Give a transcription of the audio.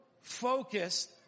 focused